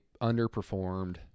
underperformed –